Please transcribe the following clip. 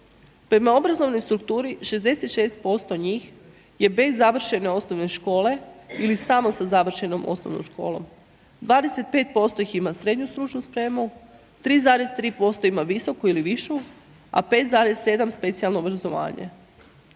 Prema obrazovnoj strukturi 66% njih je bez završene osnovne škole ili samo sa završenom osnovnom školom, 25% ih ima srednju stručnu spremu, 3,3% ima visoku ili višu a 5,7% specijalno obrazovanje.